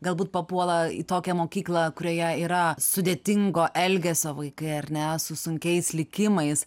galbūt papuola į tokią mokyklą kurioje yra sudėtingo elgesio vaikai ar ne su sunkiais likimais